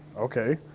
okay.